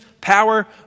power